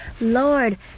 Lord